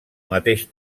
mateix